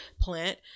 plant